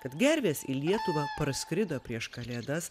kad gervės į lietuvą parskrido prieš kalėdas